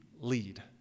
lead